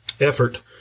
effort